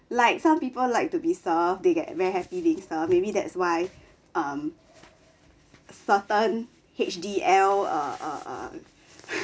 like some people like to be served they get very happy being served maybe that's why um certain H_D_L err err err